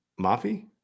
Mafi